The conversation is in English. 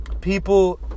People